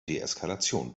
deeskalation